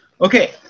Okay